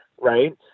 Right